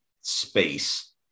space